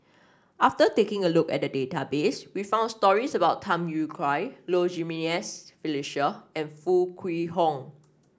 after taking a look at the database we found stories about Tham Yui Kai Low Jimenez Felicia and Foo Kwee Horng